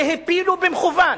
והפילו במכוּון